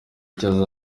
icyo